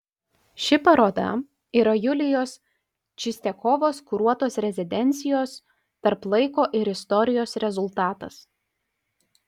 ši paroda yra julijos čistiakovos kuruotos rezidencijos tarp laiko ir istorijos rezultatas